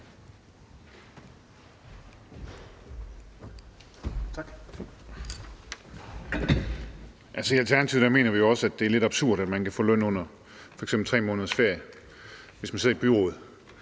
I Alternativet mener vi jo også, at det er lidt absurd, at man kan få løn under f.eks. 3 måneders ferie, hvis man sidder i et